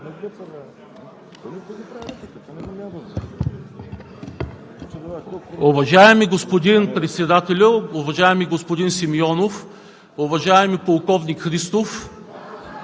Уважаеми господин Председателю, уважаеми господин Симеонов, уважаеми полковник Христов!